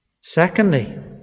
Secondly